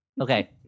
Okay